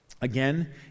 again